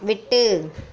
விட்டு